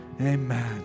Amen